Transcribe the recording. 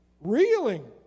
reeling